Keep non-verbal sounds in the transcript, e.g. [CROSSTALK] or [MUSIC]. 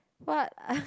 what [LAUGHS]